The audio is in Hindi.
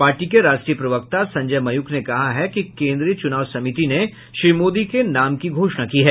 पार्टी के राष्ट्रीय प्रवक्ता संजय मयूख ने कहा है कि केन्द्रीय चुनाव समिति ने श्री मोदी के नाम की घोषणा की है